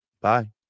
Bye